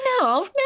No